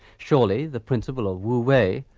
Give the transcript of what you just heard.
surely the principle of wuwei.